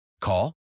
Call